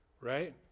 right